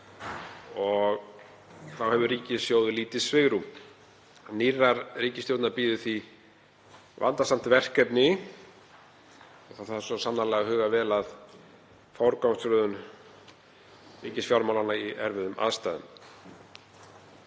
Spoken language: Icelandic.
og þá hefur ríkissjóður lítið svigrúm. Nýrrar ríkisstjórnar bíður því vandasamt verkefni og það þarf svo sannarlega að huga vel að forgangsröðun ríkisfjármálanna í erfiðum aðstæðum.